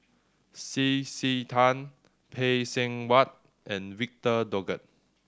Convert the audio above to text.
C C Tan Phay Seng Whatt and Victor Doggett